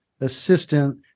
assistant